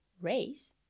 race